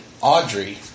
Audrey